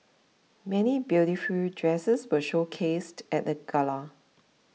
many beautiful dresses were showcased at the Gala